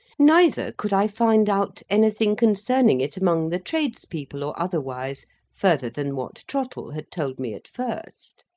neither could i find out anything concerning it among the trades-people or otherwise further than what trottle had told me at first.